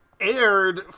aired